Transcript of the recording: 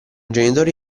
genitori